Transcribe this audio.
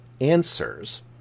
answers